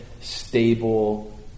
stable